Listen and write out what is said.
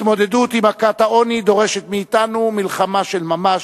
ההתמודדות עם מכת העוני דורשת מאתנו מלחמה של ממש,